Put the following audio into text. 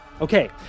Okay